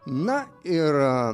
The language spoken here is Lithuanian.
na ir